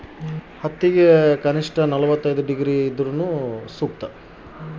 ಹತ್ತಿಗೆ ಎಷ್ಟು ಆದ್ರತೆ ಇದ್ರೆ ಸೂಕ್ತ?